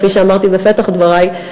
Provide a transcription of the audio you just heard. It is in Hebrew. כפי שאמרתי בפתח דברי.